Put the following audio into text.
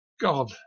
God